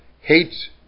hates